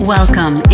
Welcome